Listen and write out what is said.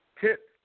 Tip